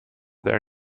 their